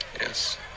Yes